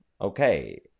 Okay